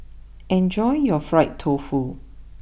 enjoy your Fried Tofu